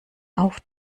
auf